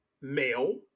male